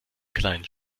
kleinen